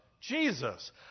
Jesus